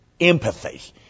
empathy